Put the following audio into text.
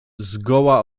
zgoła